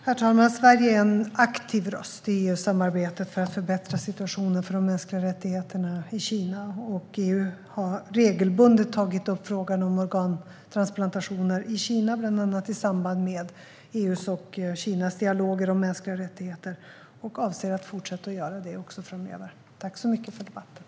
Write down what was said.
Herr talman! Sverige är en aktiv röst i EU-samarbetet för att förbättra situationen för de mänskliga rättigheterna i Kina. EU har regelbundet tagit upp frågan om organtransplantationer i Kina, bland annat i samband med EU:s och Kinas dialoger om mänskliga rättigheter och avser att göra det också framöver. Tack så mycket för debatten!